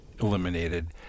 eliminated